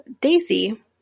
Daisy